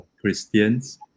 Christians